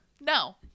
No